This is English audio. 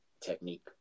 technique